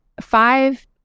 five